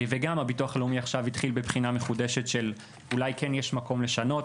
הביטוח הלאומי התחיל עכשיו בבחינה מחודשת של אולי כן יש מקום לשנות,